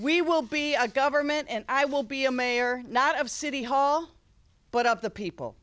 we will be a government and i will be a mayor not of city hall but of the people